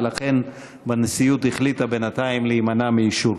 ולכן הנשיאות החליטה בינתיים להימנע מאישור.